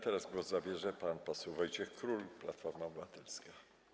Teraz głos zabierze pan poseł Wojciech Król, Platforma Obywatelska.